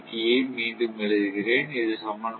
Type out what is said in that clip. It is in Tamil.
ஐ மீண்டும் எழுதுகிறேன் இது சமன்பாடு